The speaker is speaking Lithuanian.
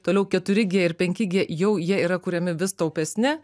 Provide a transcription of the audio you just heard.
toliau keturi gie ir penki gie jau jie yra kuriami vis taupesni